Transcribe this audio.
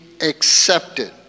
accepted